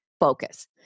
focus